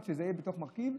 שזה יהיה בתור מרכיב,